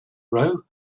row